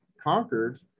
conquered